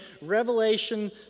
Revelation